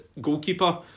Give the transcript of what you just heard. goalkeeper